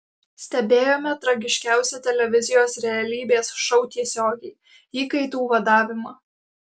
stebėjome tragiškiausią televizijos realybės šou tiesiogiai įkaitų vadavimą